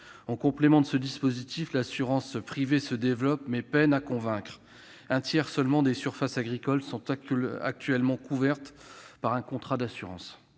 En complément de ce dispositif, l'assurance privée se développe, mais peine à convaincre. Un tiers seulement des surfaces agricoles sont actuellement couvertes par un contrat d'assurance.